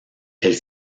elle